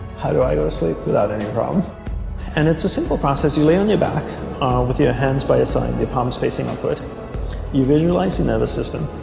how do i go to sleep without any problems and it's a simple process you lay on your back with your hands by a sign the palm is facing on foot you visualize the nervous system